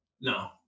No